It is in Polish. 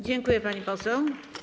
Dziękuję, pani poseł.